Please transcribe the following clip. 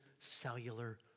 cellular